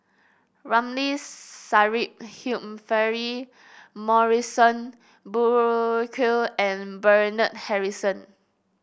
Ramli Sarip Humphrey Morrison Burkill and Bernard Harrison